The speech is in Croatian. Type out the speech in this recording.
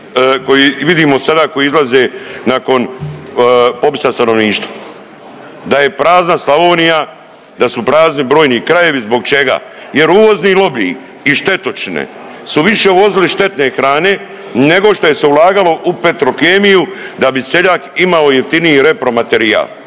koje vidimo sada koji izlaze nakon popisa stanovništva, da je prazna Slavonija, da su prazni brojni krajevi. Zbog čega? Jer uvozni lobiji i štetočine su više uvozili štetne hrane nego šta je se ulagalo u Petrokemiju da bi seljak imao jeftiniji repromaterijal,